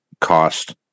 cost